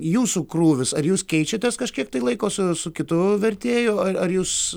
jūsų krūvis ar jūs keičiatės kažkiek tai laiko su su kitu vertėju ar jūs